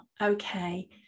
okay